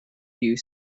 you